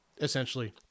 essentially